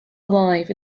alive